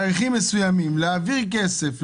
התאריכים שבהם המדינה הייתה אמורה להעביר כסף,